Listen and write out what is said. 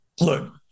look